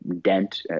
dent